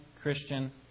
Christian